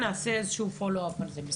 נעשה מעקב על זה.